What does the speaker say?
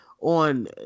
on